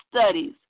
studies